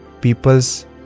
people's